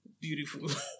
Beautiful